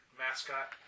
mascot